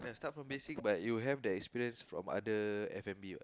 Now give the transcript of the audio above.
start from basic but you have the experience from other F-and-B what